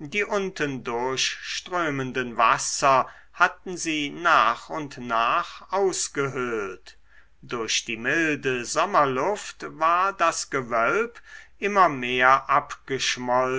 die unten durchströmenden wasser hatten sie nach und nach ausgehöhlt durch die milde sommerluft war das gewölb immer mehr abgeschmolzen